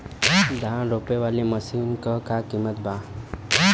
धान रोपे वाली मशीन क का कीमत बा?